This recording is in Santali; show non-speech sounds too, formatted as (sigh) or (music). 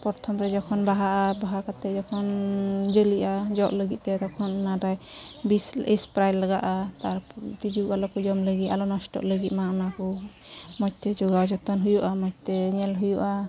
ᱯᱚᱨᱛᱷᱚᱢᱨᱮ ᱡᱚᱠᱷᱚᱱ ᱵᱟᱦᱟᱜᱼᱟ ᱵᱟᱦᱟ ᱠᱟᱛᱮᱫ ᱡᱚᱠᱷᱚᱱ ᱡᱟᱹᱞᱤᱜᱼᱟ ᱡᱚᱜ ᱞᱟᱹᱜᱤᱫᱛᱮ ᱛᱚᱠᱷᱚᱱ ᱚᱱᱟᱨᱮ ᱵᱤᱥ ᱥᱯᱨᱮᱭᱟᱜ ᱞᱟᱜᱟᱼᱟ (unintelligible) ᱛᱤᱡᱩ ᱟᱞᱚᱠᱚ ᱡᱚᱢ ᱞᱟᱹᱜᱤᱫ ᱟᱞᱚ ᱱᱚᱥᱴᱚᱜ ᱞᱟᱹᱜᱤᱫ ᱢᱟ ᱚᱱᱟᱠᱚ ᱢᱚᱡᱽᱛᱮ ᱡᱚᱜᱟᱣ ᱡᱚᱛᱚᱱ ᱦᱩᱭᱩᱜᱼᱟ ᱢᱚᱡᱽᱛᱮ ᱧᱮᱞ ᱦᱩᱭᱩᱜᱼᱟ